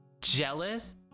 Jealous